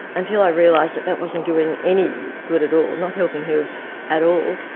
until i realised that that wasn't doing any good at all, not helping her at all.